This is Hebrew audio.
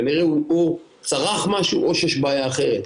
כנראה הוא פה צרך משהו או שיש בעיה אחרת.